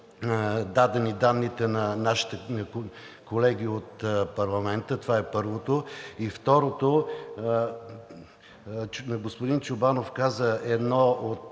дадени данните на нашите колеги от парламента, това е първото. И второто, господин Чобанов каза една от